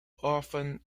often